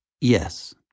Yes